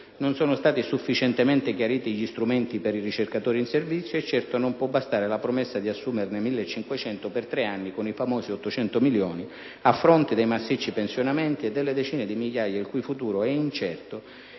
Non sono stati sufficientemente chiariti gli strumenti per i ricercatori in servizio e certo non può bastare la promessa di assumerne 1.500 per tre anni con i famosi 800 milioni, a fronte dei massicci pensionamenti e delle decine di migliaia il cui futuro è incerto